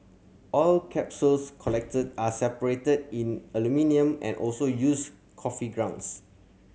all capsules collected are separated in aluminium and also used coffee grounds